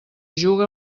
juga